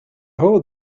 hole